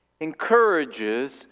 encourages